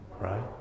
right